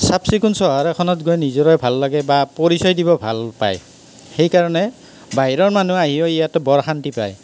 চাফ চিকুণ চহৰ এখনত গৈ নিজৰে ভাল লাগে বা পৰিচয় দিব ভাল পায় সেইকাৰণে বাহিৰৰ মানুহ আহিও ইয়াতে বৰ শান্তি পায়